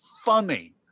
funny